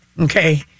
Okay